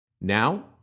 Now